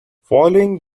following